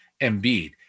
Embiid